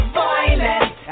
violent